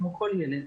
כמו כל ילד.